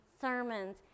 sermons